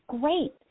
great